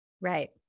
Right